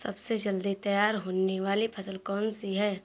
सबसे जल्दी तैयार होने वाली फसल कौन सी है?